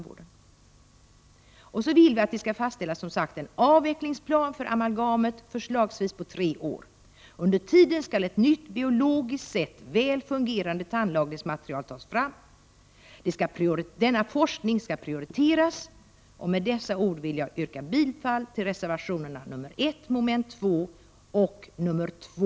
Vi vill, som sagt, att en avvecklingsplan för amalgamet skall fastställas, förslagsvis omfattande tre år. Under tiden skall ett nytt, biologiskt sett väl fungerande tandlagningsmaterial tas fram. Denna forskning skall prioriteras. Med dessa ord vill jag yrka bifall till reservationerna nr 1 och nr 2 .